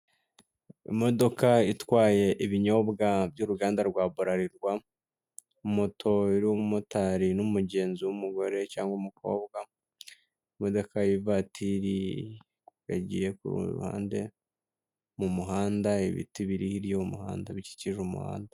Imodoka itwaye ibinyobwa by'uruganda rwa burarirwa, moto iriho umumotari n'umugenzi w'umugore cyangwa umukobwa, imodoka y'ivatiri yagiye ku ruhande mu muhanda, ibiti biri hirya y'umuhanda bikikije umuhanda.